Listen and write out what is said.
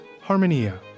harmonia